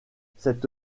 cette